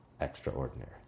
extraordinary